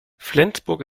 flensburg